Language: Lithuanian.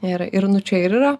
ir ir nu čia ir yra